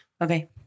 Okay